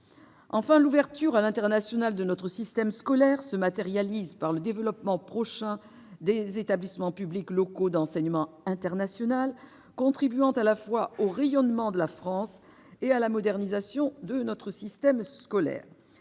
Enfin, l'ouverture à l'international de notre système scolaire se matérialise par le développement prochain des établissements publics locaux d'enseignement international, contribuant à la fois au rayonnement de la France et à la modernisation de notre système scolaire.